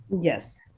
Yes